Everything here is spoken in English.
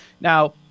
Now